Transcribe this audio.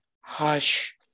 hush